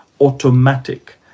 automatic